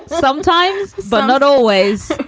sometimes, but not always.